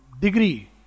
degree